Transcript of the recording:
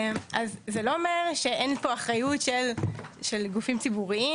זה לא אומר שאין פה אחריות של גופים ציבוריים.